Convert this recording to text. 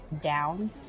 down